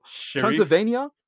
Transylvania